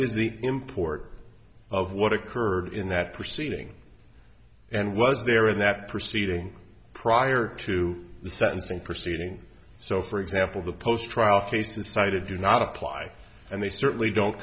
is the import of what occurred in that proceeding and was there in that proceeding prior to the sentencing proceeding so for example the post trial cases cited do not apply and they certainly don't